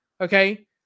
Okay